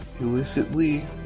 illicitly